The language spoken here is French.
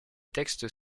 textes